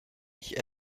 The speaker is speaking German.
ich